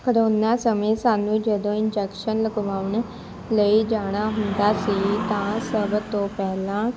corona ਸਮੇਂ ਸਾਨੂੰ ਜਦੋਂ ਇੰਜੈਕਸ਼ਨ ਲਗਵਾਉਣ ਲਈ ਜਾਣਾ ਹੁੰਦਾ ਸੀ ਤਾਂ ਸਭ ਤੋਂ ਪਹਿਲਾਂ